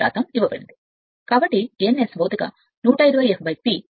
033 ఇవ్వబడింది కాబట్టి n S భౌతిక 120 f P